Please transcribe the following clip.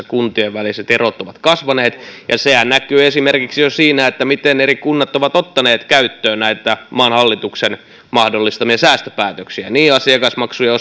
kuntien väliset erot ovat kasvaneet ja sehän näkyy esimerkiksi jo siinä miten eri kunnat ovat ottaneet käyttöön näitä maan hallituksen mahdollistamia säästöpäätöksiä asiakasmaksujen